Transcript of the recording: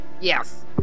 Yes